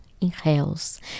inhales